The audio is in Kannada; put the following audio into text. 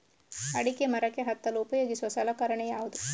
ಅಡಿಕೆ ಮರಕ್ಕೆ ಹತ್ತಲು ಉಪಯೋಗಿಸುವ ಸಲಕರಣೆ ಯಾವುದು?